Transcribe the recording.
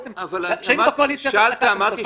כשהיינו בקואליציה תקעתם אותו,